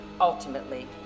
ultimately